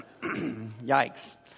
Yikes